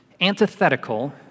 antithetical